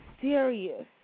serious